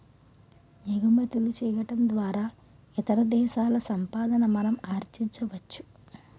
ఎగుమతులు చేయడం ద్వారా ఇతర దేశాల సంపాదన మనం ఆర్జించవచ్చు